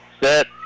set